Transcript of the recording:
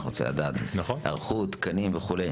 צריך לדעת: היערכות, תקנים וכו'.